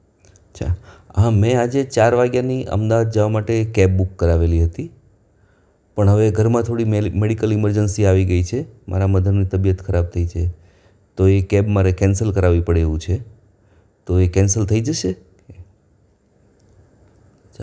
હા મારે થોડું આજે સાંજે ભોજન સમારંભ કરવાનો છે તો તેના માટે તપાસ કરવી હતી આપણે મોટા બજારની આસપાસના રેસ્ટોરન્ટ્સ છે જેમકે સહયોગ છે ડીવાઇન ડાઈનિંગ હોલ છે દાવત છે એ બધા રેસ્ટોરન્ટ્સમાંથી તમે મેનૂ ઘરે પહોંચાડી શકો